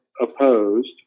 opposed